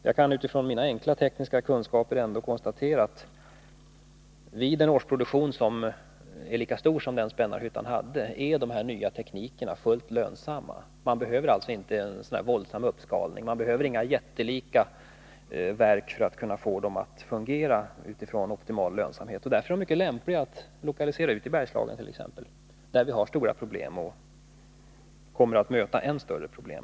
Jag kan utifrån mina enkla tekniska kunskaper ändå konstatera att vid en årsproduktion som är lika stor som den som Spännarhyttan hade är de här nya teknikerna fullt lönsamma — man behöver alltså inte någon våldsam uppskalning, behöver inga jättelika verk för att få processerna att fungera utifrån optimal lönsamhet. Därför är det mycket lämpligt att lokalisera ut dessa tekniker t.ex. till Bergslagen, där vi har stora problem och kommer att möta än större problem.